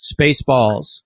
Spaceballs